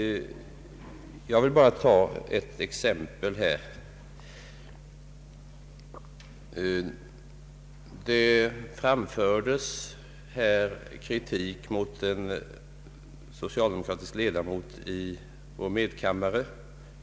Jag vill här bara ta ett exempel. Det har här i kammaren framförts kritik mot en socialdemokratisk ledamot i medkammaren.